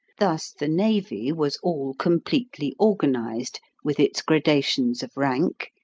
thus the navy was all completely organized, with its gradations of rank,